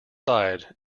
side